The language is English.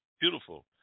beautiful